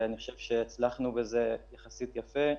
אני חושב שהצלחנו בזה יחסית יפה.